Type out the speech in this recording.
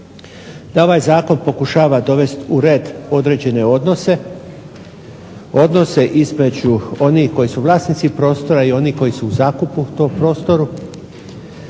da ovaj zakon pokušava dovest u red određene odnose, odnose između onih koji su vlasnici prostora i onih koji su u zakupu u tom prostoru.